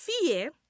fear